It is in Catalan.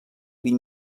vint